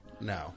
No